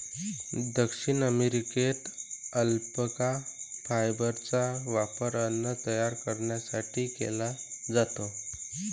दक्षिण अमेरिकेत अल्पाका फायबरचा वापर अन्न तयार करण्यासाठी केला जातो